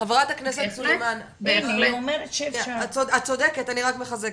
סליחה, ח"כ סלימאן את צודקת, אני רק מחזקת.